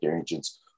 agents